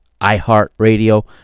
iHeartRadio